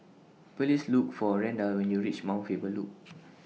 Please Look For Randall when YOU REACH Mount Faber Loop